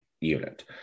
unit